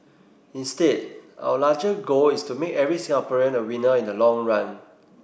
instead our larger goal is to make every Singaporean a winner in the long run